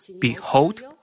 Behold